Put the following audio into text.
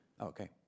Okay